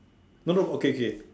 no no okay okay